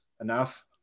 enough